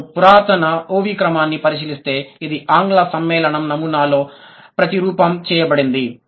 మీరు పురాతన OV క్రమాన్ని పరిశీలిస్తే ఇది ఆంగ్ల సమ్మేళనం నమూనాలో ప్రతిరూపం చేయబడింది